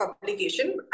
publication